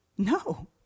No